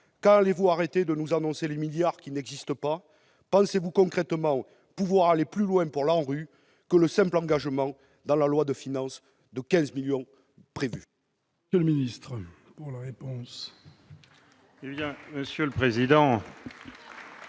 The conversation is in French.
quand allez-vous arrêter de nous annoncer des milliards d'euros qui n'existent pas ? Pensez-vous concrètement pouvoir aller plus loin pour l'ANRU que le simple engagement des 15 millions d'euros prévus